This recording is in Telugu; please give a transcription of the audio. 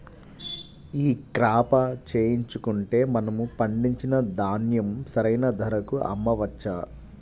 ఈ క్రాప చేయించుకుంటే మనము పండించిన ధాన్యం సరైన ధరకు అమ్మవచ్చా?